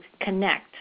connect